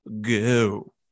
go